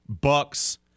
Bucks